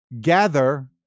gather